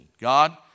God